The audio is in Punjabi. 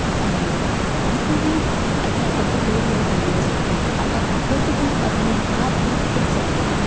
ਸਾਨੂੰ ਕਿਸੇ ਵੀ ਅਧਿਆਪਕ ਦੀ ਲੋੜ ਨਹੀਂ ਪੈਂਦੀ ਹੈ ਸਿੱਖਣ ਤੋਂ ਆਪਾਂ ਖੁਦ ਵੀ ਆਪਣੇ ਆਪ ਵੀ ਸਿੱਖ ਸਕਦੇ ਹਾਂ